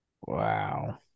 Wow